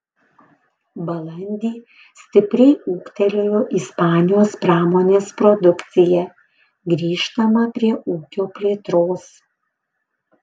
balandį stipriai ūgtelėjo ispanijos pramonės produkcija grįžtama prie ūkio plėtros